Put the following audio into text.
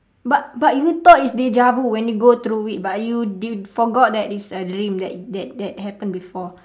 but but you thought it's deja vu when you go through it but you you forgot that is a dream that that that happened before